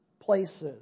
places